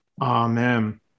Amen